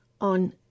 on